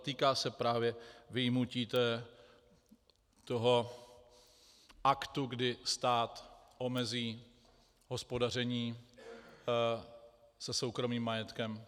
Týká se právě vyjmutí toho aktu, kdy stát omezí hospodaření se soukromým majetkem.